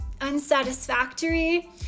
unsatisfactory